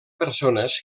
persones